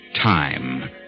Time